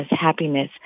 happiness